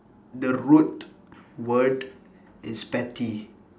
the root word is petty